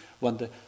wonder